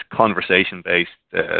conversation-based